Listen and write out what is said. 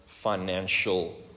financial